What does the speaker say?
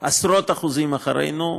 עשרות אחוזים מאחורינו.